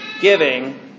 giving